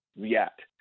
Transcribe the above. React